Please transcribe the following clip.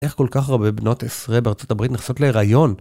איך כל כך הרבה בנות עשרה בארצות הברית נכסות להיריון?